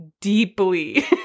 deeply